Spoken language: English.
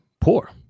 poor